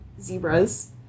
zebras